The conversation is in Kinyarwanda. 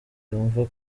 yumva